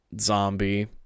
zombie